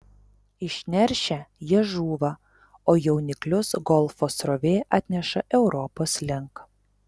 išneršę jie žūva o jauniklius golfo srovė atneša europos link